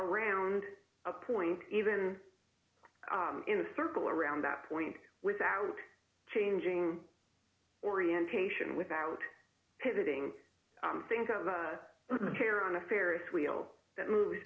around a point even in a circle around that point without changing orientation without hitting think of the chair on a ferris wheel that moves